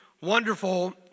wonderful